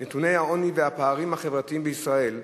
נתוני העוני והפערים החברתיים בישראל,